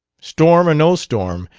storm or no storm,